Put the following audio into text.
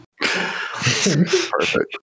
Perfect